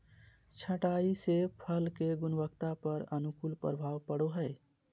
छंटाई से फल के गुणवत्ता पर अनुकूल प्रभाव पड़ो हइ